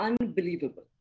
unbelievable